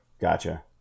Gotcha